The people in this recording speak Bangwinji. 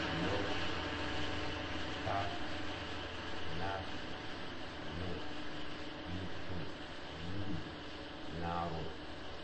Yob, taar, naar, nuung, nukkun, niber, narob,